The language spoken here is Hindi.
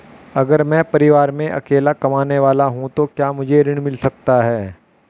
अगर मैं परिवार में अकेला कमाने वाला हूँ तो क्या मुझे ऋण मिल सकता है?